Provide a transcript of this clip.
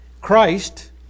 Christ